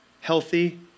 healthy